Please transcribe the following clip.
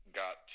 got